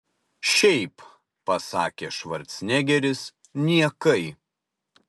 šiaip pasakė švarcnegeris niekai